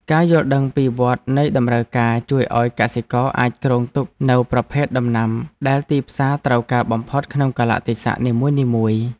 ការយល់ដឹងពីវដ្តនៃតម្រូវការជួយឱ្យកសិករអាចគ្រោងទុកនូវប្រភេទដំណាំដែលទីផ្សារត្រូវការបំផុតក្នុងកាលៈទេសៈនីមួយៗ។